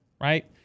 Right